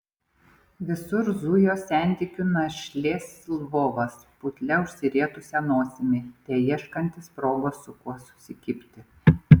visur zujo sentikių našlės lvovas putlia užsirietusia nosimi teieškantis progos su kuo susikibti